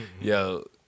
Yo